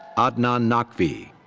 adnan naqvi.